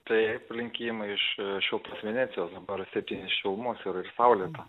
taip linkėjimai iš šiltos venecijos dabar septyni šilumos ir saulėta